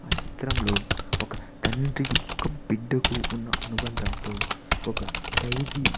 ఆ చిత్రంలో ఒక తండ్రికి ఒక బిడ్డకు ఉన్న అనుబంధంతో ఒక ఖైదీ